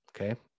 okay